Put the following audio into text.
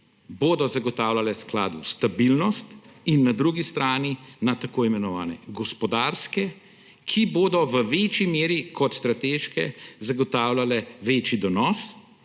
ki bodo zagotavljale skladu stabilnost, in na drugi strani na tako imenovane gospodarske, ki bodo v večji meri kot strateške zagotavljale večji donos